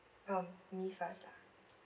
um me first lah